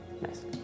Nice